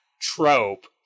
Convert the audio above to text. trope